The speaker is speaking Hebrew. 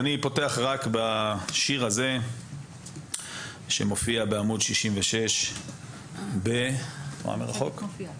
אני פותח בשיר שמופיע בעמ' 66. את יכולה להקריא את